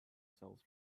sells